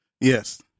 Yes